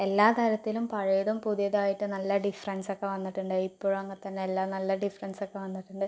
എല്ലാ തരത്തിലും പഴയതും പുതിയതുമായിട്ട് നല്ല ഡിഫറൻസൊക്കെ വന്നിട്ടുണ്ടെങ്കിൽ ഇപ്പോഴും അങ്ങനെ തന്നെ എല്ലാം നല്ല ഡിഫറൻസ് ഒക്കെ വന്നിട്ടുണ്ട്